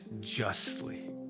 justly